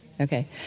Okay